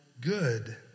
good